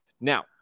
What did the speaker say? Now